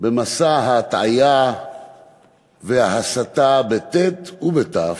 במסע ההטעיה וההסטה, בטי"ת ובתי"ו,